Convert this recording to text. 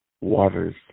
waters